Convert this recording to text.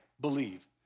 believe